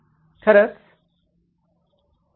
खरंच